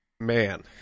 Man